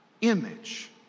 image